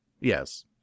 Yes